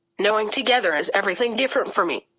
knowing together is everything different for me.